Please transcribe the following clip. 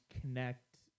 connect